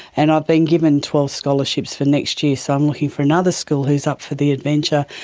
and i've been given twelve scholarships for next year, so i'm looking for another school who's up for the adventure,